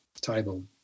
table